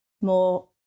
more